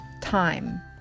time